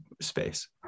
space